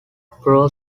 pro